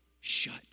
shut